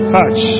Touch